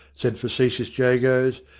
said facetious jagos,